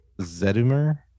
zedumer